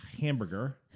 hamburger